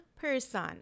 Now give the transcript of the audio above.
person